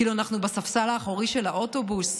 כאילו אנחנו בספסל האחורי של האוטובוס.